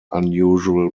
unusual